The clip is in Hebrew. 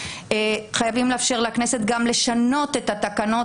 חייבים לאפשר לכנסת גם לשנות את התקנות,